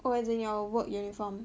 oh as in your work uniform